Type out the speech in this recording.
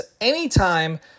anytime